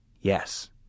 Yes